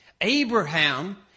Abraham